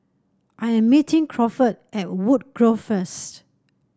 I am meeting Crawford at Woodgrove first